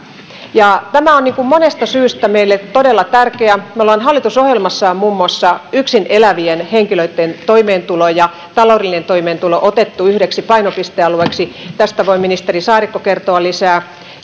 tämä on monesta syystä meille todella tärkeä hallitusohjelmassa on muun muassa yksin elävien henkilöitten toimeentulo ja taloudellinen toimeentulo otettu yhdeksi painopistealueeksi tästä voi ministeri saarikko kertoa lisää